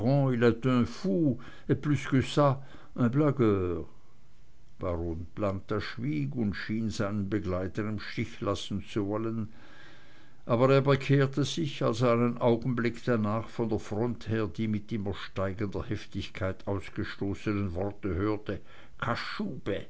schwieg und schien seinen begleiter im stich lassen zu wollen aber er bekehrte sich als er einen augenblick danach von der front her die mit immer steigender heftigkeit ausgestoßenen worte hörte